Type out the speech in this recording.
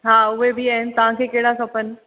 हा उहे बि आहिनि तव्हांखे कहिड़ा खपनि